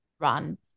run